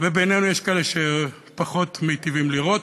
ובינינו יש כאלה שפחות מיטיבים לראות,